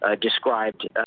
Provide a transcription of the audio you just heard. described